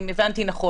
אם הבנתי נכון.